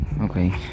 okay